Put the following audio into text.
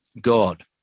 God